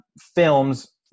films